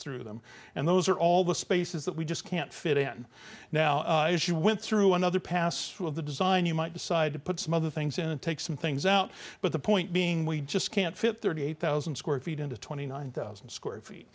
through them and those are all the spaces that we just can't fit in now as you went through another pass through of the design you might decide to put some other things in and take some things out but the point being we just can't fit thirty eight thousand square feet into twenty nine thousand square